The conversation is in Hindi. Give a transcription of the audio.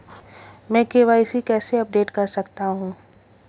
मैं के.वाई.सी कैसे अपडेट कर सकता हूं?